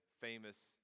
famous